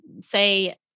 say